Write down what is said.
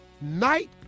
Night